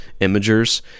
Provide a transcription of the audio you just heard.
imagers